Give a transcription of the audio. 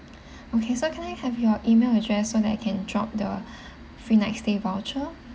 okay so can I have your email address so that I can drop the free night stay voucher